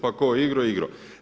Pa ko igro, igro.